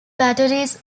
batteries